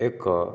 ଏକ